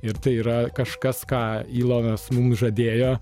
ir tai yra kažkas ką ilonas mums žadėjo